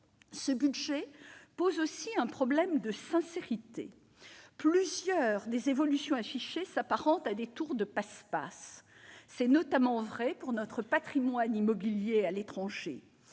Ce budget pose aussi un problème de sincérité. Plusieurs des évolutions affichées s'apparentent à des tours de passe-passe. C'est notamment vrai pour notre patrimoine immobilier à l'étranger.